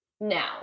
now